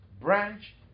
branch